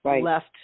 left